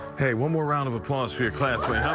one more round of applause for your classmate.